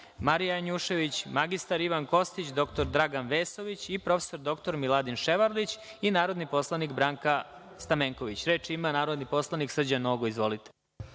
Marija Janjušević, mr Ivan Kostić, dr Dragan Vesović i prof. dr Miladin Ševarlić i narodni poslanik Branka Stamenković. Reč ima narodni poslanik Srđan Nogo.